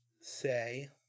say